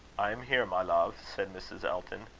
i am here, my love, said mrs. elton.